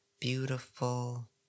beautiful